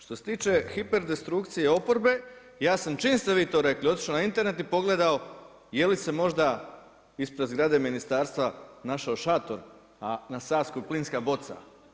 Što se tiče hiperdestrukcije oporbe ja sam čim ste vi to rekli otišao na Internet i pogledao je li se možda ispred zgrade ministarstva našao šator, a na Savskoj plinska boca.